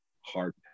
hard